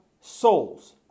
souls